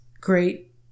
great